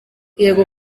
yego